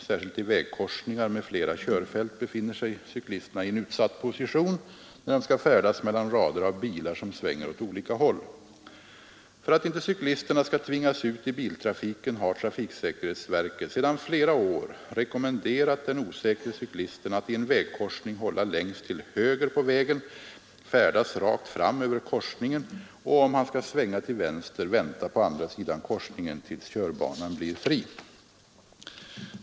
Särskilt i vägkorsningar med flera körfält befinner sig cyklisterna i en utsatt position, när de skall färdas mellan rader av bilar, som svänger åt olika håll. För att inte cyklisterna skall tvingas ut i biltrafiken har trafiksäkerhetsverket sedan flera år rekommenderat den osäkre cyklisten att i en vägkorsning hålla längst till höger på vägen, färdas rakt fram över korsningen och, om han skall svänga till vänster, vänta på andra sidan korsningen tills körbanan blir fri.